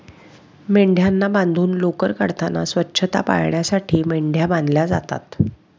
मेंढ्यांना बांधून लोकर काढताना स्वच्छता पाळण्यासाठी मेंढ्या बांधल्या जातात